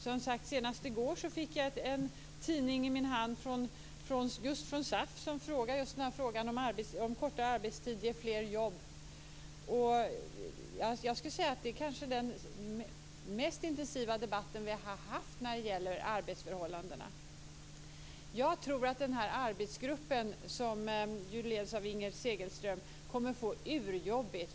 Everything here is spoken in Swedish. Senast i går fick jag en tidning i min hand från SAF, där man ställde frågan om kortare arbetstid ger fler jobb. Detta är kanske den mest intensiva debatt som vi har haft när det gäller arbetsförhållandena. Den arbetsgrupp som leds av Inger Segelström kommer nog att få det urjobbigt.